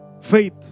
faith